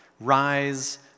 rise